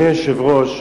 אדוני היושב-ראש,